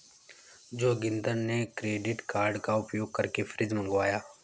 जोगिंदर ने credit card का उपयोग करके फ्रिज मंगवाया